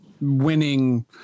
winning